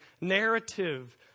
narrative